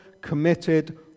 committed